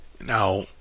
Now